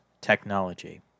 technology